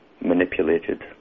manipulated